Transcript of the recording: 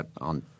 on